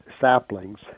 saplings